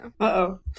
Uh-oh